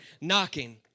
knocking